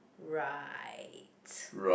right